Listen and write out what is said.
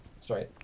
sorry